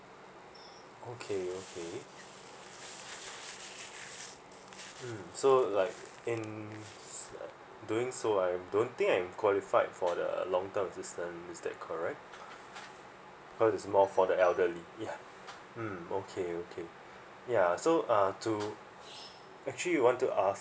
okay okay mm so like in doing so I don't think I'm qualified for the long term assistance is that correct or it's more for the elderly yeah mm okay okay yeah so uh to actually we want to ask